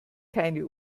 keine